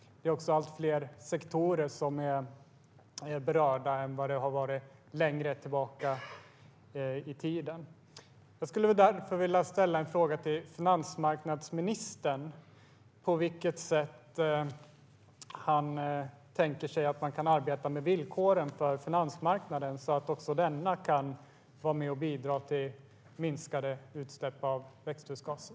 Det är också fler sektorer som är berörda nu än vad det har varit längre tillbaka i tiden. Jag skulle därför vilja fråga finansmarknadsministern på vilket sätt han tänker sig att man kan arbeta med villkoren för finansmarknaden så att också denna kan vara med och bidra till minskade utsläpp av växthusgaser.